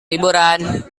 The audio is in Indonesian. liburan